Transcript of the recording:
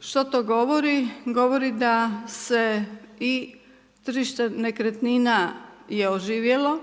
Što to govori? Govori da se i tržište nekretnina je oživjelo,